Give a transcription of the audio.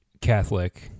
Catholic